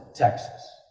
texas,